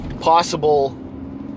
possible